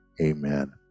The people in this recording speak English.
amen